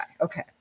Okay